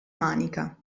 manica